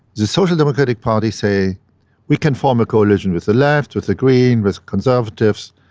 the social democratic party say we can form a coalition with the left, with the greens, with conservatives,